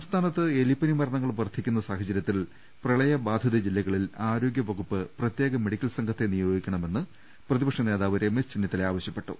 സംസ്ഥാനത്ത് എലിപ്പനി മരണങ്ങൾ വർധിക്കുന്ന സാഹചര്യ ത്തിൽ പ്രളയബാധിത ജില്ലകളിൽ ആരോഗ്യവകുപ്പ് പ്രത്യേക മെഡി ക്കൽ സംഘത്തെ നിയോഗിക്കണമെന്ന് പ്രതിപക്ഷനേതാവ് രമേശ് ചെന്നിത്തല ആവശ്യപ്പെട്ടു